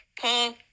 Paul